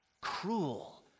cruel